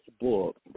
book